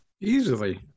Easily